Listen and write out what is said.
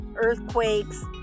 earthquakes